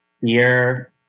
year